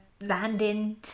landing